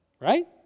Right